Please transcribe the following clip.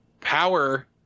power